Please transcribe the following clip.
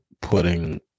putting